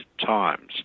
times